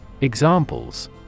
Examples